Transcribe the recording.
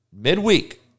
Midweek